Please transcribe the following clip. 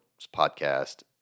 podcast